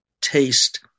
taste